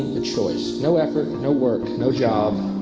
a choice. no effort, no work, no job,